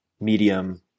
medium